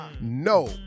No